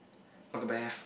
MacBeth